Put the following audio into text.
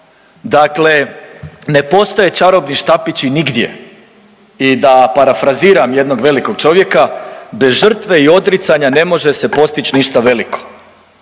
dakle ne postoje čarobni štapići nigdje i da parafraziram jednog velikog čovjeka „bez žrtve i odricanja ne može se postić ništa veliko“,